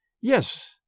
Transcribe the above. Yes